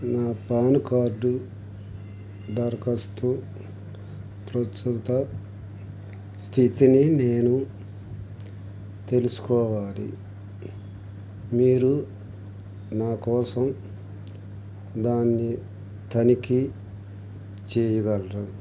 నా పానకార్డు దరఖాస్తు ప్రస్తుత స్థితిని నేను తెలుసుకోవాలి మీరు నా కోసం దాన్ని తనిఖీ చేయగలరా